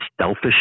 selfish